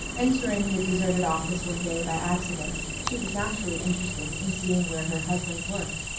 entering the deserted office one day by accident she was naturally interested in seeing where her husband worked.